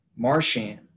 Marshan